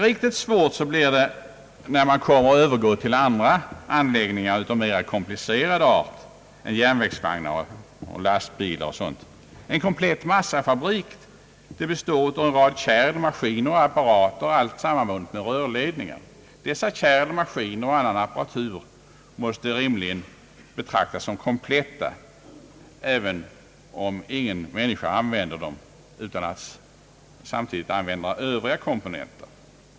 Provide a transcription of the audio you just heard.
Riktigt svårt blir det, om man Öövergår till anläggningar av mera komplicerad art än järnvägsvagnar, lastbilar och sådant. En komplett massafabrik består av en rad kärl, maskiner och apparater, allt sammanbundet med rörledningar. Dessa kärl, maskiner och annan apparatur måste rimligen betraktas som kompletta även om ingen människa använder någon av dem utan att samtidigt använda övriga komponenter.